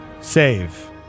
save